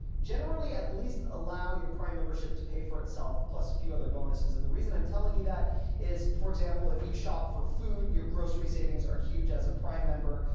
generally at least allow your prime membership to pay for itself plus a few other bonuses. and the reason i'm telling you that is for example, if you shop for food, your grocery savings are huge as a prime member.